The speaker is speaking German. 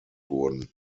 wurden